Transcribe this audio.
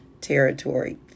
territory